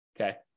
okay